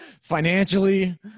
Financially